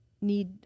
need